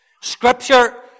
Scripture